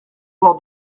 avoir